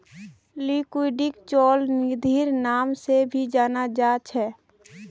लिक्विडिटीक चल निधिर नाम से भी जाना जा छे